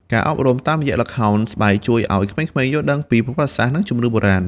ការអប់រំ តាមរយៈល្ខោនស្បែកជួយឱ្យក្មេងៗយល់ដឹងពី ប្រវត្តិសាស្ត្រ និងជំនឿបុរាណ។